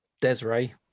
Desiree